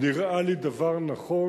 זה נראה לי דבר נכון.